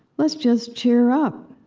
let's just cheer up!